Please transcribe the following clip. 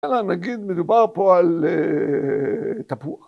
‫אלא נגיד מדובר פה על תפוח.